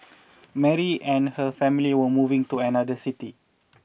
Mary and her family were moving to another city